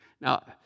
Now